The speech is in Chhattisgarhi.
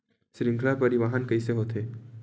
श्रृंखला परिवाहन कइसे होथे?